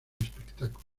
espectáculo